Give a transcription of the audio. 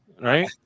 Right